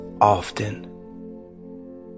often